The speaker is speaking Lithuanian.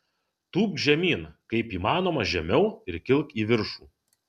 tūpk žemyn kaip įmanoma žemiau ir kilk į viršų